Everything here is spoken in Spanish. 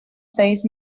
seis